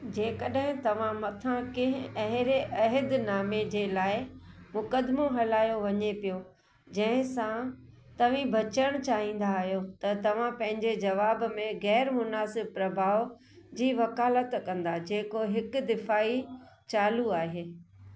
जेकड॒हिं तव्हां मथां कंहिं अहिड़े अहिदनामे जे लाइ मुक़दिमो हलायो वञे पियो जंहिं सां तव्हीं बचणु चाहींदा आहियो त तव्हां पंहिंजे जवाब में ग़ैरु मुनासिबु प्रभाउ जी वकालत कंदा जेको हिकु दिफ़ाई चालू आहे